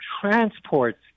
transports